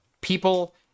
people